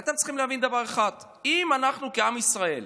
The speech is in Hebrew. אתם צריכים להבין דבר אחד: אם אנחנו כעם ישראל,